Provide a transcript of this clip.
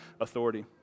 authority